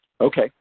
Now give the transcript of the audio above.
Okay